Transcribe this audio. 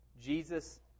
Jesus